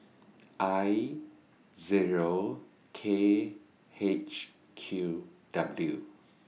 I Zero K H Q W